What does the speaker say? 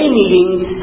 meetings